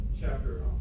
chapter